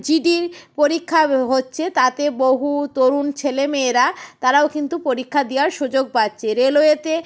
GD পরীক্ষা হচ্ছে তাতে বহু তরুণ ছেলে মেয়েরা তারাও কিন্তু পরীক্ষা দেওয়ার সুযোগ পাচ্ছে রেলওয়েতে